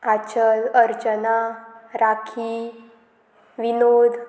Aanchal Archana Rakhi Vinod